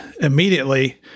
immediately